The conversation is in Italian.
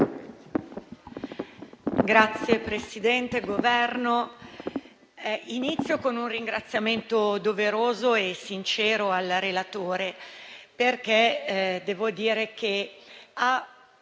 rappresentanti del Governo, inizio con un ringraziamento doveroso e sincero al relatore, perché devo dire che ha